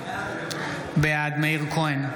בעד מאיר כהן,